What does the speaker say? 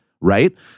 right